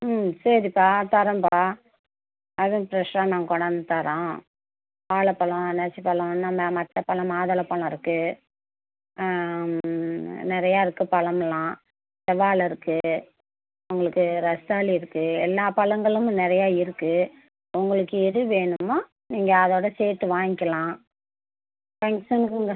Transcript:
ம்ம் சரிப்பா தரோம்ப்பா அதுவும் ஃப்ரஷாக நாங்கள் கொண்டாந்து தரோம் வாழைப்பழம் அன்னாசிப்பழம் மதப்பழம் மாதளம் பழருக்கு நெறைய இருக்கு பழம்லாம் செவ்வாழை இருக்கு உங்களுக்கு ரஸ்தாலி இருக்கு எல்லாம் பழங்களும் நெறைய இருக்கு உங்களுக்கு எது வேணுமோ நீங்கள் அதோட சேர்த்து வாங்கிகலாம் ஃபங்ஷனுக்கு உங்கள்